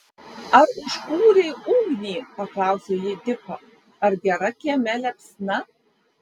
ar užkūrei ugnį paklausė ji diko ar gera kieme liepsna